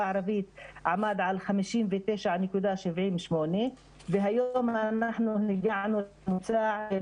הערבית עמד על 59.78 והיום אנחנו הגענו לממוצע של